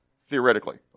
theoretically